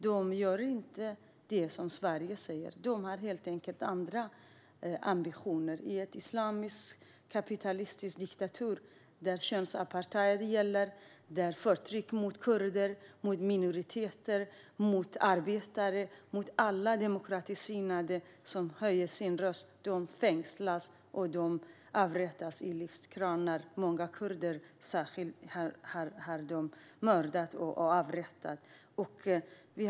De gör inte det som Sverige säger. De har helt enkelt andra ambitioner i en islamisk kapitalistisk diktatur där könsapartheid, förtryck av kurder, minoriteter och arbetare gäller. Alla demokratiskt sinnade som höjer sin röst fängslas och avrättas i lyftkranar. Särskilt många kurder har avrättats.